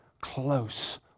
Close